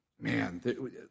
Man